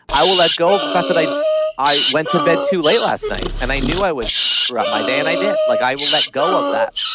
i will let go of the fact that i i went to bed too late last night and i knew i would screw up my day and i did. like i will let go of that.